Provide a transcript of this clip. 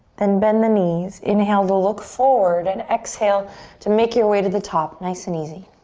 then bend the knees, inhale to look forward and exhale to make your way to the top, nice and easy.